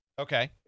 Okay